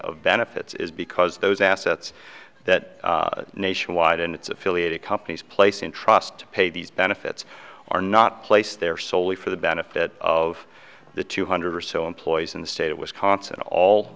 of benefits is because those assets that nationwide and its affiliated companies place in trust to pay these benefits are not placed there soley for the benefit of the two hundred or so employees in the state of wisconsin all